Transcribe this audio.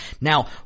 Now